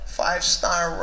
five-star